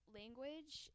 language